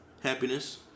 happiness